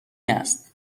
است